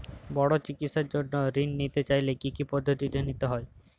বড় চিকিৎসার জন্য ঋণ নিতে চাইলে কী কী পদ্ধতি নিতে হয়?